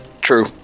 True